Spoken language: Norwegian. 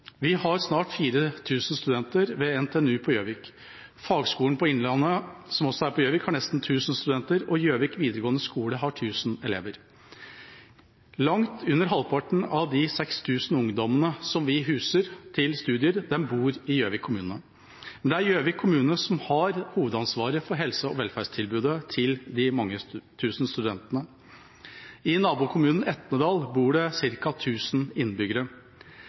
Vi har snart 4 000 studenter ved NTNU på Gjøvik. Fagskolen Innlandet, som også er på Gjøvik, har nesten 1 000 studenter, og Gjøvik videregående skole har 1 000 elever. Langt under halvparten av de 6 000 ungdommene som vi huser til studier, bor i Gjøvik kommune. Men det er Gjøvik kommune som har hovedansvaret for helse- og velferdstilbudet til de mange tusen studentene. I nabokommunen Etnedal bor det ca. 1 000 innbyggere.